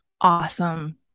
Awesome